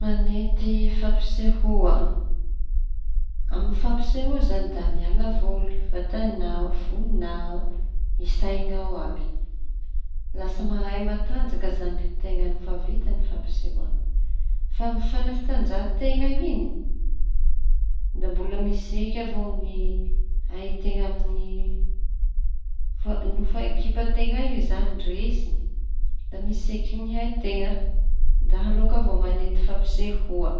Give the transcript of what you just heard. Manenty fampisehoa. Ny fampisehoa izañy da miala voly vatañao, fonao, ny sainao àby lasa mahay matanjaky izañy an-teña rehefa vita ny fampisehoa; fa amy fanatanjahateña iñy da mbola mitseky avao ny ain-teña amy fa no - no ekipa teio izañy resy da mitseky ny ain-teña da aleoko avao manenty fampisehoa.